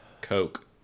coke